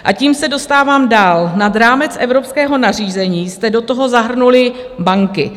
A tím se dostávám dál: nad rámec evropského nařízení jste do toho zahrnuli banky.